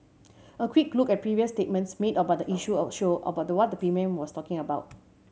a quick look at previous statements made about the issue of show about what the P M was talking about